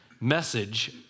message